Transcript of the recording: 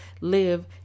live